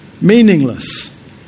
Meaningless